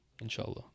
inshallah